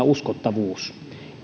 uskottavuus